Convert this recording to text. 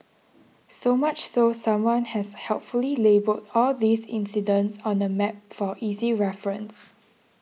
so much so someone has helpfully labelled all these incidents on a map for easy reference